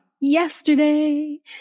Yesterday